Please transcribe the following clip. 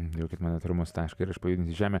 duokit man atramos tašką ir aš pajudinsiu žemę